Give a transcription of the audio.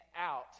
out